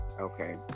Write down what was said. Okay